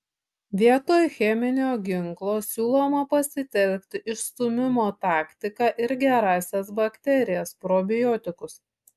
vietoj cheminio ginklo siūloma pasitelkti išstūmimo taktiką ir gerąsias bakterijas probiotikus